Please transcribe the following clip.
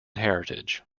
heritage